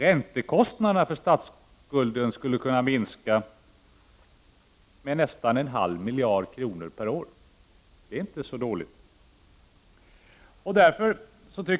Räntekostnaderna för statsskulden skulle kunna minska med nästan en halv miljard kronor per år. — Det är inte så dåligt.